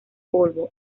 polvo